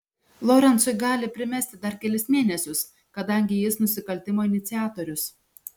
lorencui gali primesti dar kelis mėnesius kadangi jis nusikaltimo iniciatorius